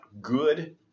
good